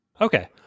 Okay